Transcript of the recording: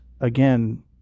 again